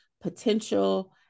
potential